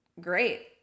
Great